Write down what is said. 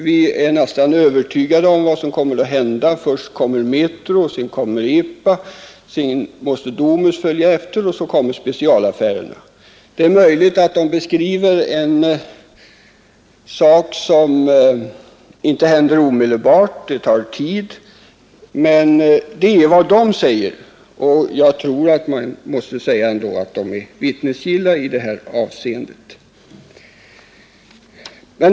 Vi är nästan övertygade om vad som kommer att hända. Först kommer Metro och sedan EPA. Så måste Domus följa efter och därefter kommer specialaffärerna. Det är möjligt att dessa affärsinnehavare beskriver en situation som inte inträffar omedelbart utan tar tid. Men det är vad de säger, och jag tror att man måste anse dem vittnesgilla i detta avseende.